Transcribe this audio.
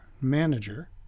manager